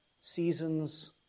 seasons